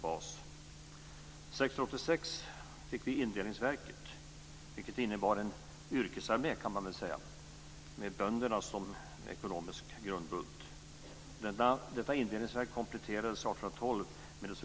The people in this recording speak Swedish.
· År 1686 fick vi indelningsverket, vilket innebar en yrkesarmé med bönderna som ekonomisk grundbult.